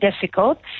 difficult